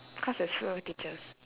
because there's fewer teachers